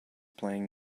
playing